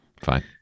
Fine